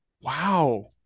Wow